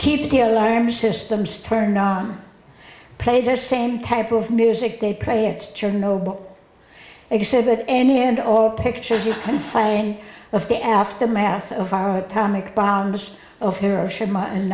keep the alarm systems turned on play the same type of music they play it chernobyl exhibit any and all pictures you can find of the aftermath of our atomic bombs of hiroshima and